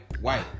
White